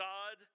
God